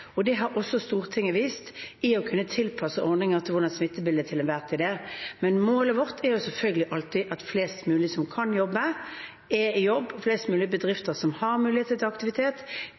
og det har også Stortinget vist – i å kunne tilpasse ordninger til hvordan smittebildet til enhver tid er. Men målet vårt er selvfølgelig alltid at flest mulig som kan jobbe, er i jobb, og at flest mulig bedrifter som har muligheter til aktivitet,